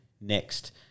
next